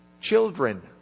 Children